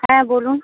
হ্যাঁ বলুন